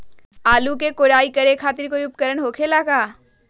आलू के कोराई करे खातिर कोई उपकरण हो खेला का?